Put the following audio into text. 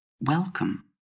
welcome